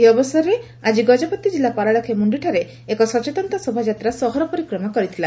ଏହି ଅବସରରେ ଆଜି ଗଜପତି ଜିଲ୍ଲା ପାରଳାଖେମୁଖିଠାରେ ଏକ ସଚେତନତା ଶୋଭାଯାତ୍ରା ସହର ପରିକ୍ରମା କରିଥିଲା